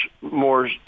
more